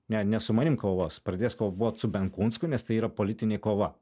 ne ne su manim kovos pradės kovot su benkunsku nes tai yra politinė kova